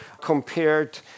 compared